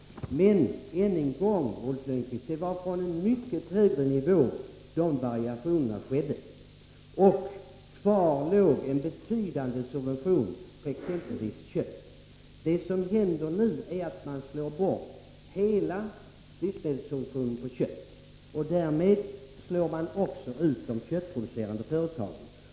Men än en gång, Ulf Lönnqvist: Det var från en mycket högre nivå de variationerna skedde. Kvar låg en betydande subvention på exempelvis kött. Det som händer nu är att man slår bort hela livsmedelssubventionen på kött. Därmed slår man också ut de köttproducerande företagen.